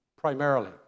primarily